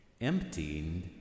Emptying